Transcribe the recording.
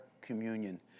communion